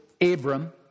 Abram